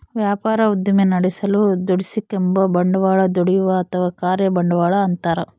ವ್ಯಾಪಾರ ಉದ್ದಿಮೆ ನಡೆಸಲು ದುಡಿಸಿಕೆಂಬ ಬಂಡವಾಳ ದುಡಿಯುವ ಅಥವಾ ಕಾರ್ಯ ಬಂಡವಾಳ ಅಂತಾರ